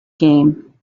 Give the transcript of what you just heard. game